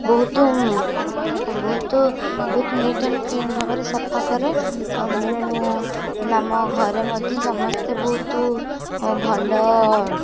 ବହୁତ ବହୁତ ବହୁତ ନିଟ୍ ଆଣ୍ଡ କ୍ଲିନ୍ ଭାବରେ ସଫା କରେ ଆଉ ମୁଁ ଆମ ଘରେ ମଧ୍ୟ ସମସ୍ତେ ବହୁତ ଭଲ